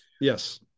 Yes